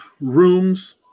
rooms